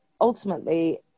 ultimately